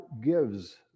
gives